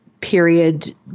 period